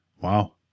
Wow